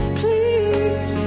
please